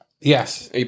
Yes